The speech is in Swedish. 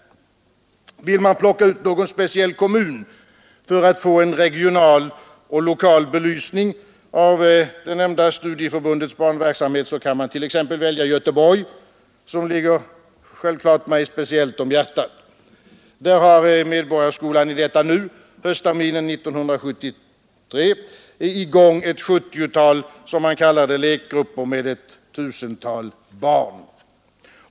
Vill man plocka ut någon speciell kommun för att få en regional och lokal belysning av det nämnda studieförbundets verksamhet, kan man t.ex. välja Göteborg, som självklart ligger speciellt mig varmt om hjärtat. Där har Medborgarskolan i detta nu, höstterminen 1973, i gång ett sjuttiotal lekgrupper, som man kallar det, med ett tusental barn.